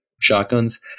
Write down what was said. shotguns